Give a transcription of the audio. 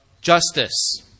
justice